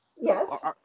yes